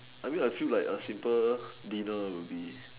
I mean I feel like a simple dinner would be